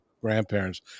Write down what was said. grandparents